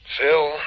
Phil